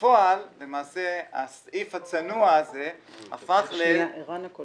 בפועל למעשה, הסעיף הזה שלמעשה במקור